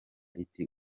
iti